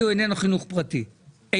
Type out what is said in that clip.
אין דבר כזה לפתוח בית ספר של החינוך העצמאי ושל